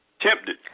Tempted